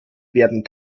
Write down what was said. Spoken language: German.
werden